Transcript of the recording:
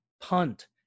punt